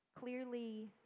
clearly